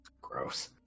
Gross